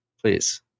Please